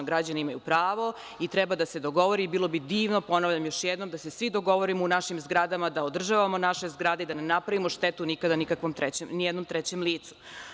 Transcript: Građani imaju pravo i treba da se dogovore i bilo bi divno, ponavljam još jednom, da se svi dogovorimo u našim zgradama, da održavamo naše zgrade, da ne napravio štetu nikada ni jednom trećem licu.